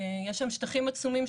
יש שם שטחים עצומים,